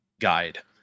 guide